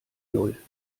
null